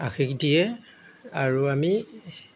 আশীষ দিয়ে আৰু আমি